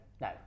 No